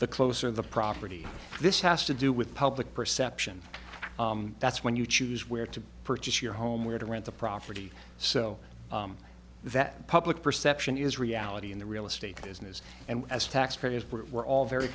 the closer the property this has to do with public perception that's when you choose where to purchase your home where to rent the property so that public perception is reality in the real estate business and as taxpayers we're all very